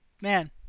man